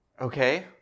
Okay